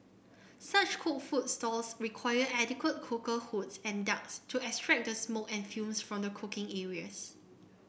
such cooked food stalls require adequate cooker hoods and ducts to extract the smoke and fumes from the cooking areas